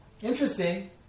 Interesting